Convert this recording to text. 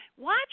watch